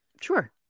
Sure